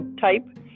type